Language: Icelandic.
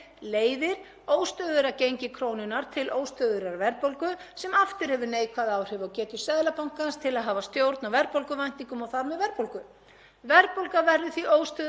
Verðbólga verður því óstöðugri og hærri vegna verðtryggingar á lánum heimilanna. Í sjötta lagi: Verðtrygging ýtir einnig undir útlánagetu bankastofnana.